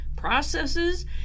processes